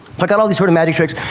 but got all these sort of magic tricks.